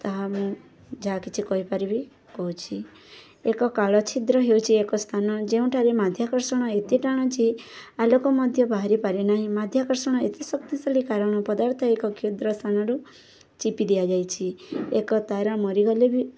ତାହା ମୁଁ ଯାହା କିଛି କହିପାରିବି କହୁଛି ଏକ କାଳଛିଦ୍ର ହେଉଛିି ଏକ ସ୍ଥାନ ଯେଉଁଠାରେ ମାଧ୍ୟକର୍ଷଣ ଏତେ ଟାଣ ଯେ ଆଲୋକ ମଧ୍ୟ ବାହାରି ପାରେ ନାହିଁ ମାଧ୍ୟାକର୍ଷଣ ଏତେ ଶକ୍ତିଶାଳୀ କାରଣ ପଦାର୍ଥ ଏକ କ୍ଷୁଦ୍ର ସ୍ଥାନରୁ ଚିପି ଦିଆଯାଇଛି ଏକ ତାରା ମରିଗଲେ ବି